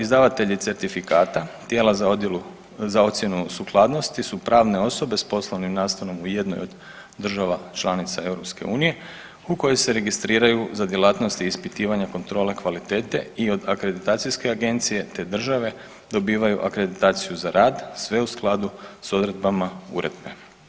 Izdavatelji certifikata, tijela za ocjenu sukladnosti su pravne osobe sa poslovnim nastanom u jednoj od država članica EU u kojoj se registriraju za djelatnosti i ispitivanja kontrole kvalitete i od akreditacijske agencije, te države dobivaju akreditaciju za rad sve u skladu sa odredbama uredbe.